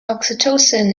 oxytocin